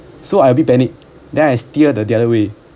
so I a bit panic then I steer the other way